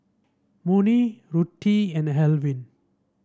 Monnie Ruthie and Alvin